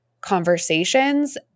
conversations